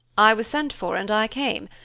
i was sent for and i came.